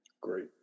Great